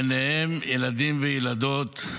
בהם ילדים וילדות,